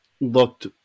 looked